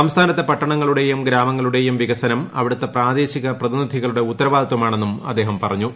സംസ്ഥാനത്തെ പ്പട്ടണ്ട്ടളുടെയും ഗ്രാമങ്ങളുടെയും വികസനം അവിടുത്തെ പ്രാ്ദേശിക പ്രതിനിധികളുടെ ഉത്തരവാദിത്തമാണെന്നും അദ്ദേഹ്യം പ്റഞ്ഞു